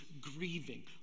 grieving